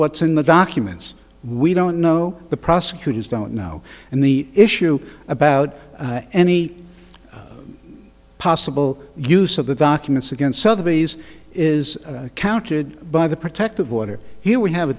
what's in the documents we don't know the prosecutors don't know and the issue about any possible use of the documents against other bodies is counted by the protective order here we have a